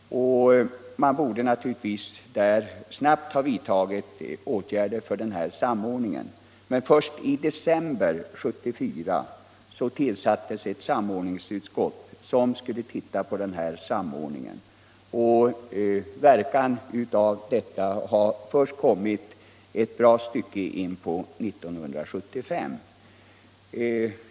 Man borde naturligtvis snabbt ha vidtagit åtgärder för denna samordning. Men först i december 1974 tillsattes ett samordningsutskott för den uppgiften, och dess arbete Nr 73 ledde inte till några resultat förrän först ett bra stycke in på 1975.